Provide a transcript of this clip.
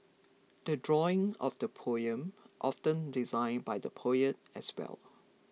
the drawing of the poem often designed by the poet as well